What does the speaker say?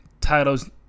titles